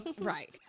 right